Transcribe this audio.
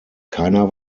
keiner